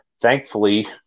thankfully